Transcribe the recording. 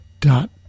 dot